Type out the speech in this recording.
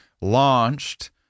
launched